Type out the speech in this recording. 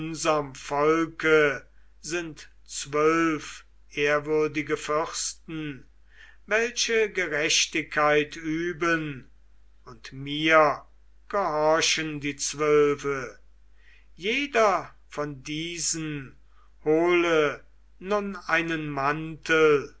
volke sind zwölf ehrwürdige fürsten welche gerechtigkeit üben und mir gehorchen die zwölfe jeder von diesen hole nun einen mantel